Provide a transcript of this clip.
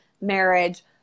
marriage